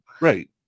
Right